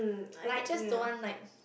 like I just don't want like